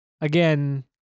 again